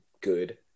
good